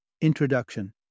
Introduction